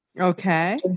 Okay